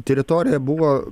teritorija buvo